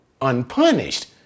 unpunished